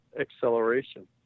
acceleration